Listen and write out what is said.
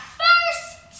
first